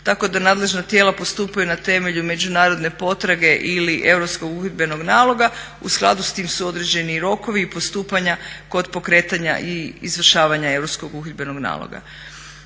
tako da nadležna tijela postupaju na temelju međunarodne potrage ili europskog uhidbenog naloga. U skladu s tim su određeni i rokovi i postupanja kod pokretanja i izvršavanja europskog uhidbenog naloga.